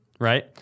right